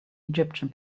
egyptian